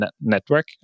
network